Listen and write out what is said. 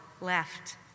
left